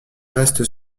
reste